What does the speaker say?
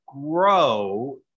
grow